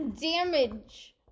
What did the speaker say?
damage